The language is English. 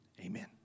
Amen